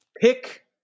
pick